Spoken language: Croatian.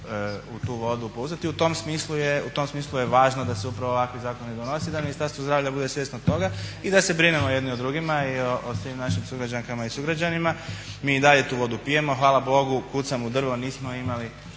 u tu vodu pouzdati? U tom smislu je važno da se upravo ovakvi zakoni donose i da Ministarstvo zdravlja bude svjesno toga i da se brinemo jedni o drugima i svim našim sugrađankama i sugrađanima. Mi i dalje tu vodu pijemo. Hvala Bogu kucam u drvo nismo imali